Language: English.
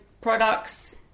products